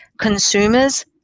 consumers